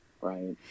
right